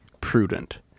prudent